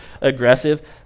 aggressive